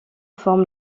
forme